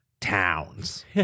Towns